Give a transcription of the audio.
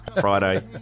Friday